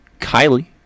Kylie